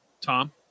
Tom